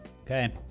Okay